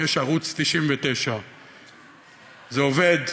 יש ערוץ 99. זה עובד,